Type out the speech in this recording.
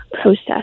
process